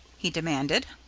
he demanded.